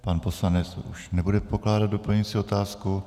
Pan poslanec už nebude pokládat doplňující otázku.